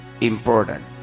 important